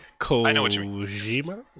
Kojima